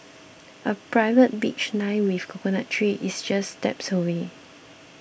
a private beach lined with coconut trees is just steps away